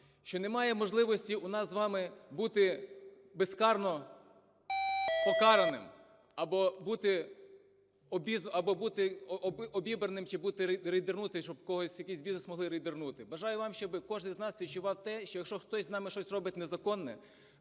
що немає можливості у нас з вами бути безкарно покараним або бути обібраним, чи бути рейдернутим, щоб у когось якийсь бізнес могли рейдернути. Бажаю вам, щоб кожен з нас відчував те, що якщо хтось з нами щось робить незаконне,